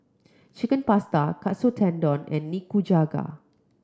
Chicken Pasta Katsu Tendon and Nikujaga